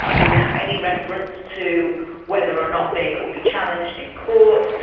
without any reference to whether or not they could be challenged in court,